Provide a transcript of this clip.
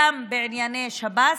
גם בענייני שב"ס,